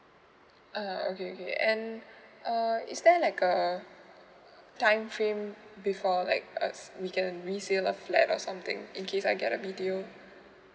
uh okay okay uh I uh is there like a uh time frame before like uh we can we still a flag or something in case I get a bit do you um